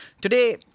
Today